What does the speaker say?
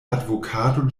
advokato